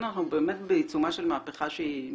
אנחנו באמת בעיצומה של מהפכה שהיא מרגשת,